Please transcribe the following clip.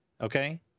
okay